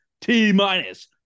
T-minus